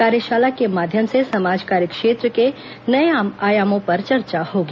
कार्यशाला के माध्यम से समाज कार्य क्षेत्र के नये आयामों पर चर्चा होगी